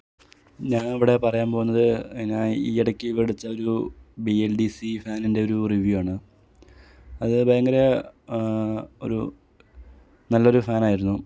ഞാനിവിടെ പറയാൻ പോവുന്നത് ഞാൻ ഈയിടയ്ക്ക് മേടിച്ചൊരു ബി എൽ ഡി സി ഫാനിൻ്റെ ഒരു റിവ്യൂ ആണ് അത് ഭയങ്കര ഒരു നല്ലൊരു ഫാനായിരുന്നു